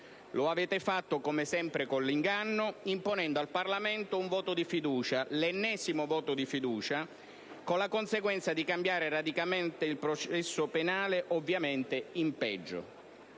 Lo avete fatto come sempre con l'inganno, imponendo al Parlamento un voto di fiducia - l'ennesimo voto di fiducia - con la conseguenza di cambiare radicalmente il processo penale, ovviamente in peggio.